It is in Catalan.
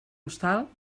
hostal